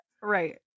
right